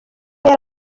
yari